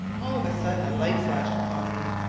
all of a sudden a light flashed upon me.